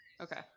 Okay